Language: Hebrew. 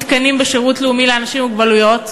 תקנים בשירות לאומי לאנשים עם מוגבלות,